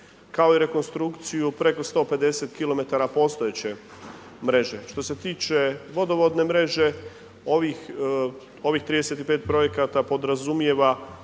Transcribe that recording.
kao i rekonstrukciju, preko 150 km postojeće mreže. Što se tiče vodovodne mreže, ovih 35 projekata podrazumijeva